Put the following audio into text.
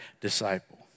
disciple